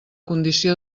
condició